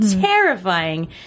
terrifying